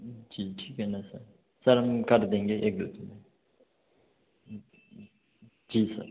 जी ठीक है ना सर सर हम कर देंगे एक दो दिन में जी सर